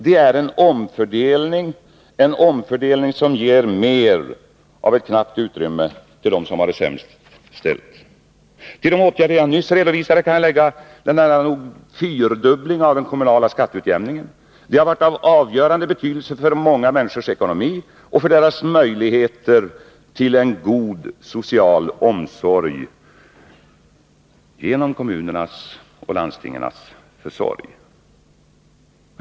Det är fråga om en fördelning som ger mer av ett knappt utrymme till dem som har det sämst ställt. Till de åtgärder som jag nyss redovisade kan jag lägga den kommunala skatteutjämningen, som har nära nog fyrfaldigats. Det har varit av avgörande betydelse för många människors ekonomi och för deras möjligheter till en god social omvårdnad genom kommunernas och landstingens försorg.